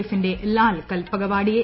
F ന്റെ ലാൽ കൽപകവാടിയെ